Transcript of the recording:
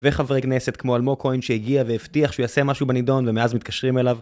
וחברי כנסת כמו אלמוג כהן שהגיע והבטיח שהוא יעשה משהו בנידון ומאז מתקשרים אליו